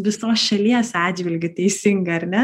visos šalies atžvilgiu teisinga ar ne